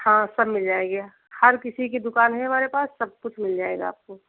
हाँ सब मिल जाएगा हर किसी की दुकान है हमारे पास सब कुछ मिल जाएगा आपको